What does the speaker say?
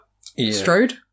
Strode